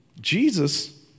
Jesus